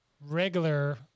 Regular